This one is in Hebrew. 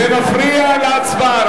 זה מפריע להצבעה.